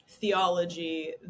theology